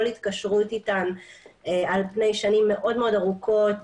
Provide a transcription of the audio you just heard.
כל התקשרות אתן על פני שנים מאוד ארוכות,